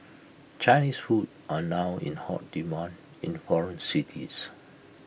Chinese food are now in hot demand in foreign cities